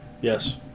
Yes